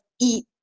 eat